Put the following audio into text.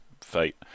fate